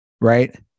right